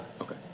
Okay